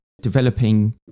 developing